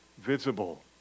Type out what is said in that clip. visible